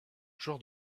joueur